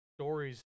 stories